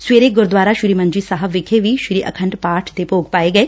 ਸਵੇਰੇ ਗੁਰਦੁਆਰਾ ਸ੍ਰੀ ਮੰਜੀ ਸਾਹਿਬ ਵਿਖੇ ਵੀ ਸ੍ਰੀ ਅਖੰਡ ਪਾਠ ਸਾਹਿਬ ਦੇ ਭੋਗ ਪਾਏ ਗਏ